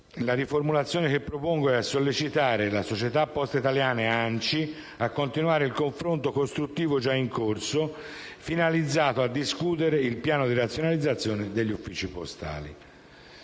riformulazione: «a sollecitare la società Poste italiane SpA ed ANCI a continuare il confronto costruttivo già in corso, finalizzato a discutere il piano di razionalizzazione degli uffici postali».